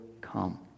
come